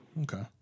okay